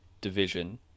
Division